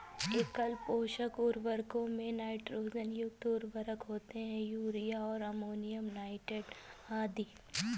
एकल पोषक उर्वरकों में नाइट्रोजन युक्त उर्वरक होते है, यूरिया और अमोनियम नाइट्रेट आदि